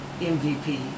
MVP